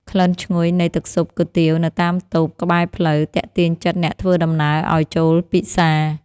ក្លិនឈ្ងុយនៃទឹកស៊ុបគុយទាវនៅតាមតូបក្បែរផ្លូវ ទាក់ទាញចិត្តអ្នកធ្វើដំណើរឱ្យចូលពិសា។